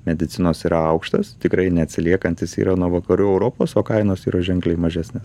medicinos yra aukštas tikrai neatsiliekantis nuo vakarų europos o kainos yra ženkliai mažesnės